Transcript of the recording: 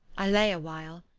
i lay a while,